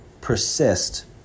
persist